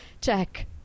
check